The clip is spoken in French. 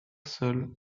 sol